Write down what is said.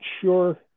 sure